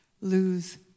Lose